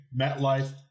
MetLife